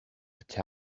put